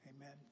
Amen